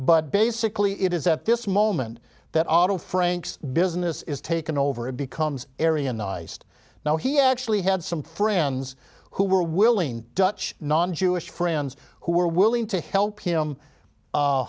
but basically it is at this moment that auto frank's business is taken over it becomes area nice to know he actually had some friends who were willing dutch non jewish friends who were willing to help him